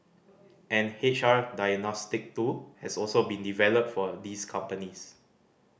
an H R diagnostic tool has also been developed for these companies